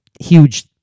huge